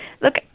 look